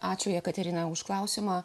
ačiū jekaterina už klausimą